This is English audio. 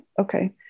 okay